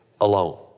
alone